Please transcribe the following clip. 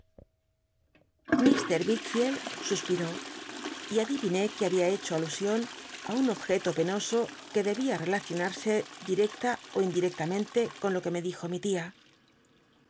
wickficld suspieó y adiviné que babia hecho alusion á un objeto penoso que debia eelacion use dieecta ó indirectamenle con lo que me elijo mi tia